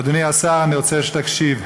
אדוני השר, אני רוצה שתקשיב.